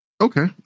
Okay